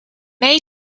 may